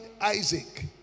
Isaac